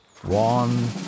One